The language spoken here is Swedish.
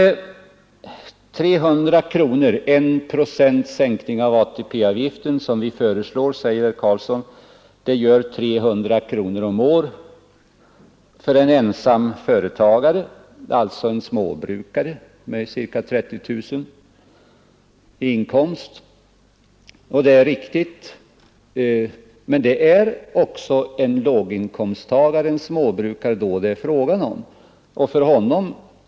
Herr Karlsson i Ronneby säger att 1 procents sänkning av ATP-avgiften, som vi föreslår, utgör 300 kronor per år för en ensam företagare, en småbrukare med 30 000 kronor i inkomst. Det är riktigt. Men då är det också fråga om en småbrukare, en låginkomsttagare.